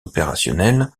opérationnelle